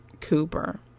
Cooper